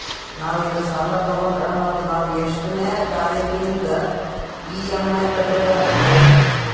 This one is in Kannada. ನಾವು ಈಗ ಸಾಲ ತೊಗೊಂಡ್ರ ಮತ್ತ ನಾವು ಎಷ್ಟನೆ ತಾರೀಖಿಲಿಂದ ಇ.ಎಂ.ಐ ಕಟ್ಬಕಾಗ್ತದ್ರೀ?